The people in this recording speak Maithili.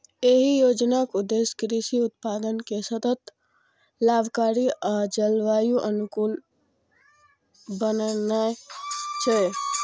एहि योजनाक उद्देश्य कृषि उत्पादन कें सतत, लाभकारी आ जलवायु अनुकूल बनेनाय छै